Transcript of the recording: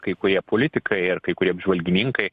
kai kurie politikai ir kai kurie apžvalgininkai